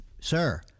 sir